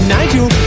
Nigel